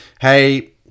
Hey